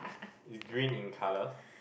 is green in colour